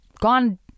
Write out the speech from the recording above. gone